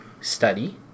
study